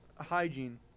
Hygiene